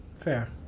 Fair